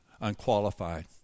unqualified